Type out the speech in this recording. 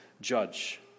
judge